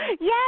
yes